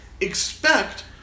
expect